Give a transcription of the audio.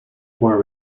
were